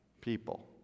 people